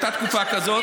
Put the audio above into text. הייתה תקופה כזאת,